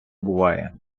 буває